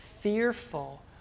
fearful